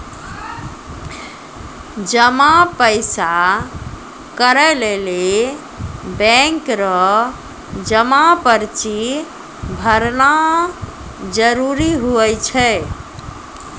पैसा जमा करै लेली बैंक रो जमा पर्ची भरना जरूरी हुवै छै